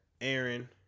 Aaron